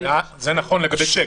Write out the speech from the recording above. זה נכון לגבי שיק,